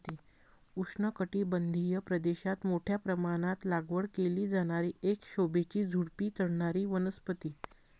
उष्णकटिबंधीय प्रदेशात मोठ्या प्रमाणात लागवड केली जाणारी एक शोभेची झुडुपी चढणारी वनस्पती